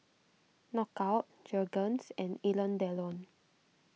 Knockout Jergens and Alain Delon